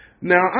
Now